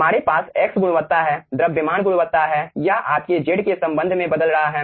हमारे पास x गुणवत्ता है द्रव्यमान गुणवत्ता है यह आपके z के संबंध में बदल रहा है